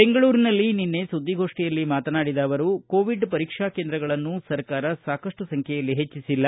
ಬೆಂಗಳೂರಿನಲ್ಲಿ ನಿನ್ನೆ ಸುದ್ದಿಗೋಷ್ಠಿಯಲ್ಲಿ ಮಾತನಾಡಿದ ಅವರು ಕೋವಿಡ್ ಪರೀಕ್ಷಾ ಕೇಂದ್ರಗಳನ್ನು ಸರ್ಕಾರ ಸಾಕಷ್ಟು ಸಂಖ್ಯೆಯಲ್ಲಿ ಹೆಚ್ಚಿಸಿಲ್ಲ